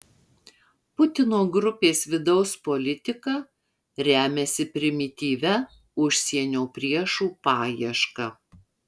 putino grupės vidaus politika remiasi primityvia užsienio priešų paieška